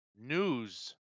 news